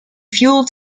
fuel